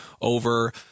over